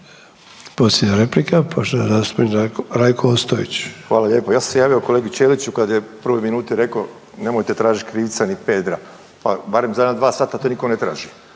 zastupnik Rajko Ostojić. **Ostojić, Rajko (SDP)** Hvala lijepo. Ja sam se javio kolegi Ćeliću kada je u prvoj minuti rekao nemojte tražiti krivca ni Pedra, pa barem za jedno dva sata to nitko ne traži,